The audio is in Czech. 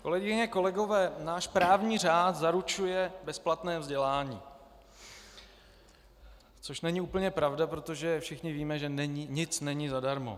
Kolegyně, kolegové, náš právní řád zaručuje bezplatné vzdělání, což není úplně pravda, protože všichni víme, že nic není zadarmo.